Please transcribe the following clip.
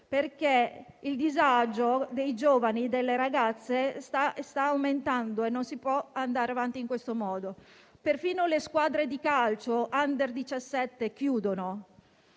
perché il disagio dei giovani e delle ragazze sta aumentando e non si può andare avanti in questo modo. Perfino le squadre di calcio *under* 17 chiudono.